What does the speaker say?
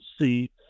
see